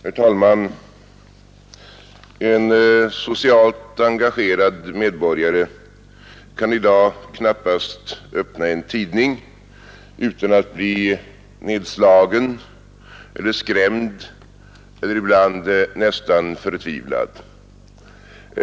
Herr talman! En socialt engagerad medborgare kan i dag knappast öppna en tidning utan att bli nedslagen eller skrämd eller ibland nästan förtvivlad.